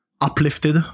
uplifted